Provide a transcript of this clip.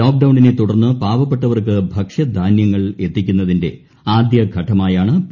ലോക്ക്ഡൌണിനെ തുടർന്ന് പാവപ്പെട്ടവർക്ക് ഭക്ഷ്യധാന്യങ്ങൾ എത്തിക്കുന്നതിന്റെ ആദ്യ ഘട്ടമായാണ് പി